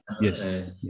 Yes